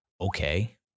Okay